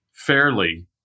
Fairly